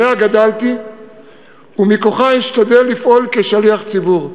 שעליה גדלתי ומכוחה אשתדל לפעול כשליח ציבור: